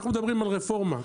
אנחנו מדברים על רפורמה.